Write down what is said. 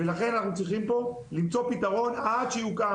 ולכן אנחנו צריכים למצוא פה פתרון עד שיוקם,